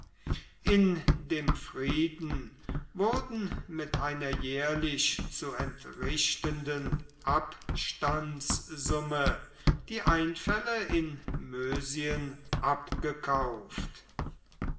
in dem frieden wurden mit einer jährlich zu entrichtenden abstandssumme die einfälle in mösien abgekauft